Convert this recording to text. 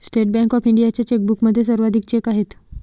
state Bank of इंडियाच्या चेकबुकमध्ये सर्वाधिक चेक आहेत